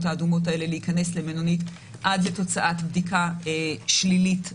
האדומות האלה להיכנס למלונית עד לתוצאת בדיקה שלילית ראשונה.